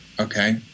Okay